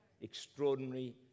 Extraordinary